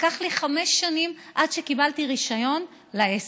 לקח לי חמש שנים עד שקיבלתי רישיון לעסק.